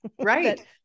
right